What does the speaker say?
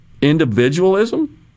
individualism